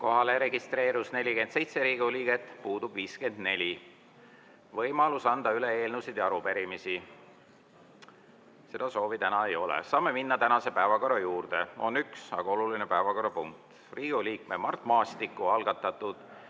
Kohalolijaks registreerus 47 Riigikogu liiget, puudub 54. [Nüüd on] võimalus anda üle eelnõusid ja arupärimisi. Seda soovi täna ei ole. Saame minna tänase päevakorra juurde. On üks, aga oluline päevakorrapunkt: Riigikogu liikme Mart Maastiku algatatud